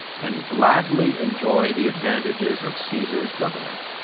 and gladly enjoy the advantages of caesar's government,